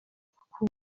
kuko